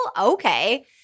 Okay